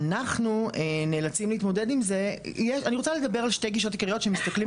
אני רוצה לדבר על שתי גישות עיקריות כשמסתכלים